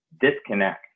disconnect